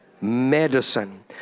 medicine